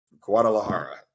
guadalajara